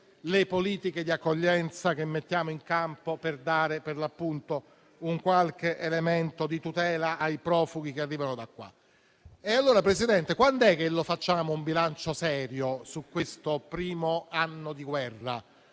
le politiche di accoglienza che mettiamo in campo per dare qualche elemento di tutela ai profughi che arrivano. Allora, signor Presidente, quando facciamo un bilancio serio su questo primo anno di guerra?